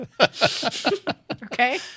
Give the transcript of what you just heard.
okay